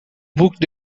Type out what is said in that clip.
booked